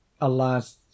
Alas